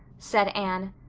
said anne.